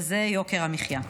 וזה יוקר המחיה.